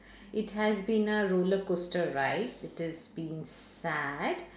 it has been a roller coaster ride it is been sad